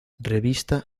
revista